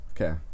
Okay